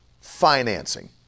financing